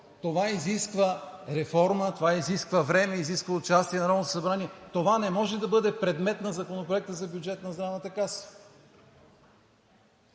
Това изисква реформа, това изисква време, изисква участие на Народното събрание, това не може да бъде предмет на Законопроект за бюджет на Здравната каса.